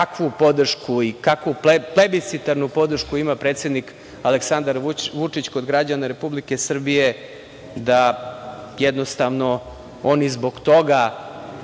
kakvu podršku i kakvu plebiscitarnu podršku ima predsednik Aleksandar Vučić kod građana Republike Srbije da jednostavno oni zbog toga